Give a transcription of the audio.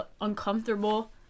uncomfortable